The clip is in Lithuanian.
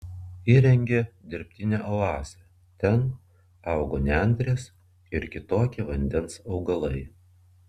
įrengė dirbtinę oazę ten augo nendrės ir kitokie vandens augalai